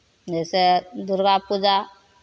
जइसे दुर्गा पूजा